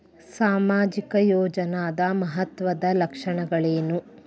ಸಾಮಾಜಿಕ ಯೋಜನಾದ ಮಹತ್ವದ್ದ ಲಕ್ಷಣಗಳೇನು?